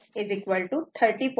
4 o 30